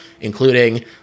including